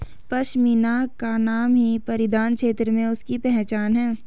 पशमीना का नाम ही परिधान क्षेत्र में उसकी पहचान है